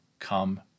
come